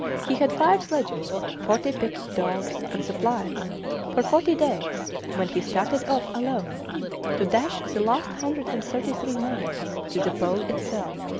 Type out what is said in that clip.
he had five sledges, forty picked dogs, and supplies for forty days when he started off alone to dash the last hundred and thirty-three miles to the pole itself.